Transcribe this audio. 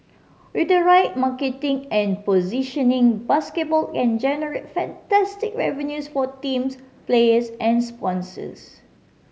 with the right marketing and positioning basketball can generate fantastic revenues for teams players and sponsors